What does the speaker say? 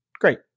Great